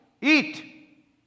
eat